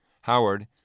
Howard